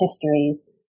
histories